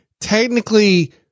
technically